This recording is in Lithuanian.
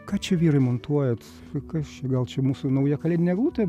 ką čia vyrai montuojat kas čia gal čia mūsų nauja kalėdinė eglutė